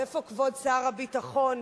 איפה כבוד שר הביטחון?